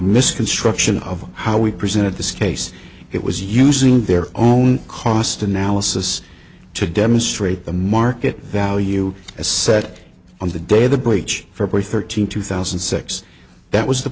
misconstruction of how we presented this case it was using their own cost analysis to demonstrate the market value a set on the day the breach for thirteen two thousand and six that was the